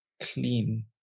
clean